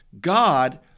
God